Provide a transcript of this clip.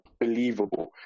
believable